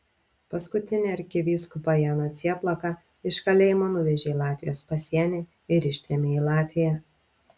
paskutinį arkivyskupą janą cieplaką iš kalėjimo nuvežė į latvijos pasienį ir ištrėmė į latviją